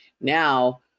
Now